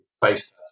face